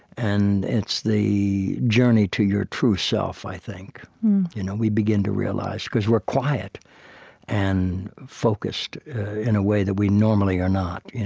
and it's the journey to your true self, i think you know we begin to realize, because we're quiet and focused in a way that we normally are not.